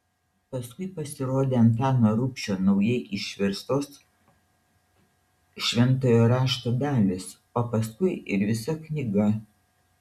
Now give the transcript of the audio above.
paskui pasirodė antano rubšio naujai išverstos šventojo rašto dalys o paskui ir visa knyga